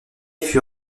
fut